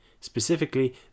Specifically